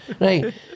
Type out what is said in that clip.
right